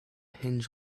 hinge